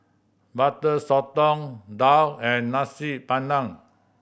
Butter Sotong daal and Nasi Padang